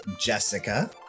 Jessica